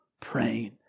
praying